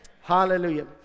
Hallelujah